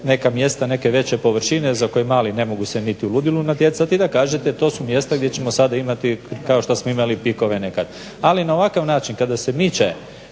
neka mjesta, neke veće površine za koje mali ne mogu se niti u ludilu natjecati i da kažete to su mjesta gdje ćemo sada imati kao što smo imali bikove nekad. Ali na ovakav način kada se miče